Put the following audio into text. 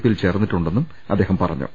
പിയിൽ ചേർന്നിട്ടുണ്ടെന്നും അദ്ദേഹം പറഞ്ഞു